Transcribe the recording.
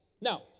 Now